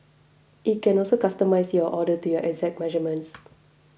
it can also customise your order to your exact measurements